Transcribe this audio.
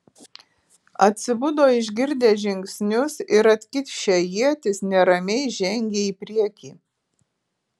atsibudo išgirdę žingsnius ir atkišę ietis neramiai žengė į priekį